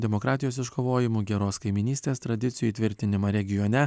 demokratijos iškovojimu geros kaimynystės tradicijų įtvirtinimą regione